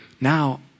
Now